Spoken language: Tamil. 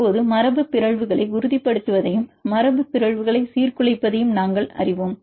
இப்போது மரபு பிறழ்வுகளை உறுதிப் படுத்துவதையும் மரபு பிறழ்வுகளை சீர்குலைப்பதையும் நாங்கள் அறிவோம்